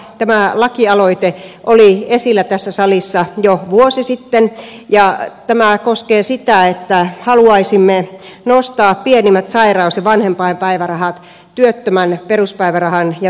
tämä lakialoite oli esillä tässä salissa jo vuosi sitten ja tämä koskee sitä että haluaisimme nostaa pienimmät sairaus ja vanhempainpäivärahat työttömän peruspäivärahan ja työmarkkinatuen tasolle